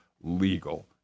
legal